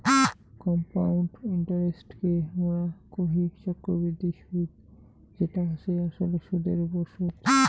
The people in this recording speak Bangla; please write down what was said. কম্পাউন্ড ইন্টারেস্টকে হামরা কোহি চক্রবৃদ্ধি সুদ যেটা হসে আসলে সুদের ওপর সুদ